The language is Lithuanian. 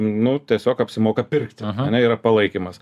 nu tiesiog apsimoka pirkti ar ne yra palaikymas